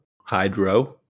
Hydro